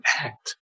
act